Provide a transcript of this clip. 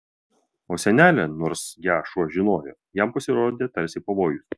o senelė nors ją šuo žinojo jam pasirodė tarsi pavojus